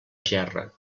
gerra